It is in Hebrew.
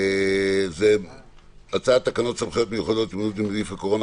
זה הצעת תקנות סמכויות מיוחדות להתמודדות עם נגיף הקורונה